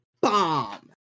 bomb